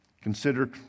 Consider